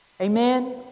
Amen